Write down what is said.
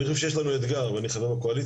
אני חושב שיש לנו אתגר אמיתי ואני חבר בקואליציה,